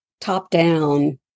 top-down